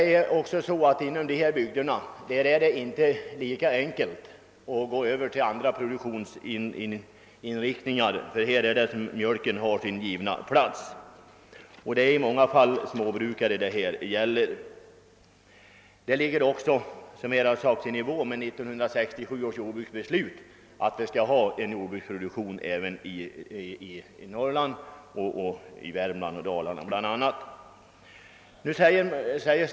Inom dessa bygder är det inte lika enkelt som på andra håll att åstadkomma en annan inriktning av jordbruksdriften, utan där har produktionen av mjölk sin givna plats; det är i många fall småbrukare det gäller. Det står också, som här har sagts, i överensstämmelse med 1967 års jordbruksbeslut, att det skall finnas en jordbruksproduktion såväl i Norrland som i Värmland och Dalarna.